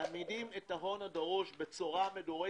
אנחנו מעמידים את ההון הדרוש בצורה מדורגת.